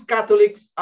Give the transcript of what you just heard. Catholics